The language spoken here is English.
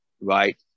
right